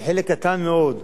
וחלק קטן מאוד,